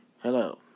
Hello